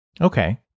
Okay